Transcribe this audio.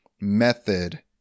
method